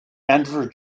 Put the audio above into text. andrew